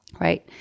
right